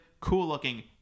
cool-looking